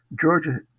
Georgia